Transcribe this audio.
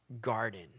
garden